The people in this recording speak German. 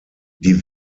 die